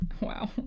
Wow